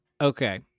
Okay